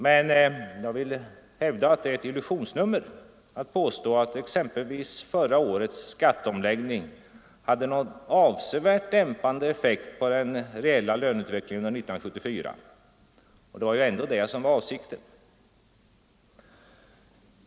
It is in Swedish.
Men det är ett illusionsnummer att påstå, att exempelvis förra årets skatteomläggning hade någon avsevärt dämpande effekt på den reella löneutvecklingen under 1974 — det var ju ändock detta som var avsikten.